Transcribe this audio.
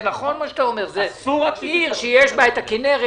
זאת עיר שיש בה את הכינרת.